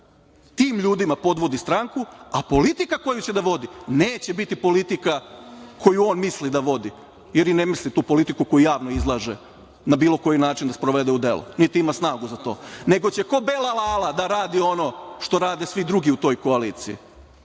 Tim ljudima podvodi stranku, a politika koju će da vodi, neće biti politika koju on misli da vodi, jer i ne misli tu politiku koju javno izlaže na bilo koji način da sprovede u delo, niti ima snagu za to, nego će kao bela lala da radi ono što rade svi drugi u toj koaliciji.